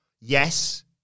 Yes